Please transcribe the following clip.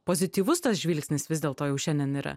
pozityvus tas žvilgsnis vis dėl to jau šiandien yra